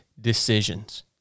decisions